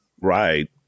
right